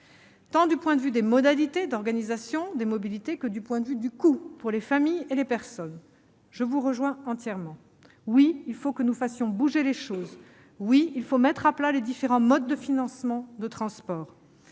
tant du point de vue des modalités d'organisation des mobilités que du point de vue du coût pour les familles et les personnes. Je vous rejoins entièrement. Oui, il faut que nous fassions bouger les choses ! Oui, il faut mettre à plat les différents modes de financement et de transport